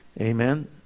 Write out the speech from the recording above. Amen